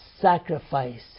sacrifice